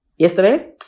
Yesterday